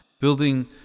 Building